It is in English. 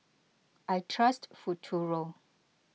I trust Futuro